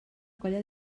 colla